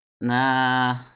Nah